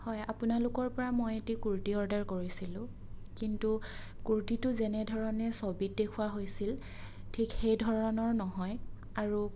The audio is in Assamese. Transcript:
হয় আপোনালোকৰপৰা মই এটি কুৰ্তী অৰ্ডাৰ কৰিছিলোঁ কিন্তু কুৰ্তীটো যেনে ধৰণে ছবিত দেখুওৱা হৈছিল ঠিক সেই ধৰণৰ নহয় আৰু